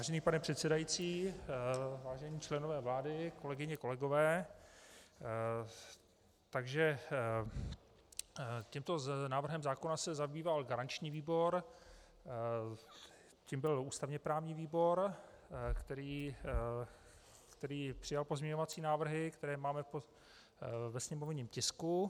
Vážený pane předsedající, vážení členové vlády, kolegyně, kolegové, tímto návrhem zákona se zabýval garanční výbor, tím byl ústavněprávní výbor, který přijal pozměňovací návrhy, které máme ve sněmovním tisku.